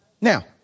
Now